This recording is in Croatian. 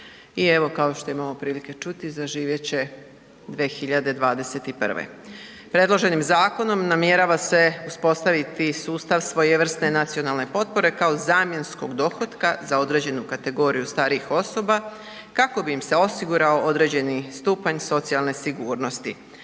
i evo kao što imamo prilike čuti, zaživjet će 2021. Predloženim zakonom namjerava se uspostaviti sustav svojevrsne nacionalne potpore kao zamjenskog dohotka za određenu kategoriju starijih osoba kako bi im se osigurao određeni stupanj socijalne sigurnosti.